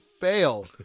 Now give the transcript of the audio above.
fail